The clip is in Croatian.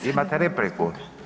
imate repliku.